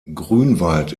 grünwald